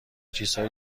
چیزهای